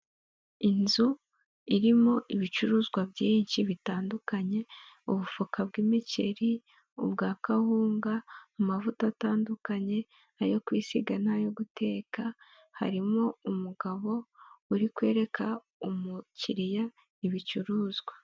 Inzu irimo ibicuruzwa byinshi bitandukanye, ubufuka bwimikeri, ubwa kawunga, amavuta atandukanye ayo kwisiga n'ayo guteka. Harimo umugabo uri kwereka umukiriya ibicuruzwa.